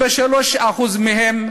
53% מהם